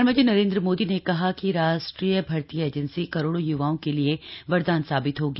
प्रधानमंत्री नरेन्द्र मोदी ने कहा कि राष्ट्रीय भर्ती एजेंसी करोड़ों य्वाओं के लिए वरदान साबित होगी